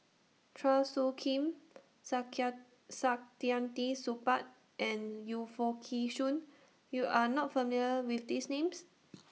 Chua Soo Khim Saktiandi Supaat and Yu Foo Kee Shoon YOU Are not familiar with These Names